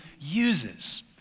uses